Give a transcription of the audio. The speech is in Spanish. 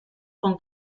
con